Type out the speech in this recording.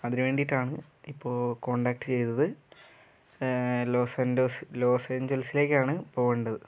അതിന് വേണ്ടിയിട്ടാണ് ഇപ്പോൾ കോൺടാക്ട് ചെയ്തത് ലോസ് ഏഞ്ചൽസിലേക്കാണ് പോവേണ്ടത്